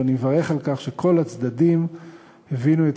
ואני מברך על כך שכל הצדדים הבינו את